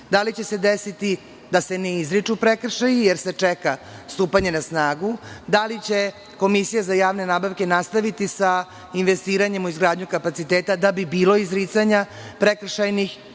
Da li će se desiti da se ne izriču prekršaji jer se čeka stupanje na snagu? Da li će Komisija za javne nabavke nastaviti sa investiranjem u izgradnji kapaciteta da bi bilo prekršajnih